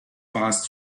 passed